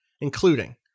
including